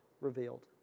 revealed